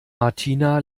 martina